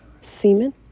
semen